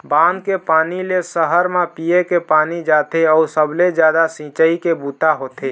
बांध के पानी ले सहर म पीए के पानी जाथे अउ सबले जादा सिंचई के बूता होथे